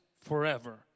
forever